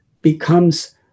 becomes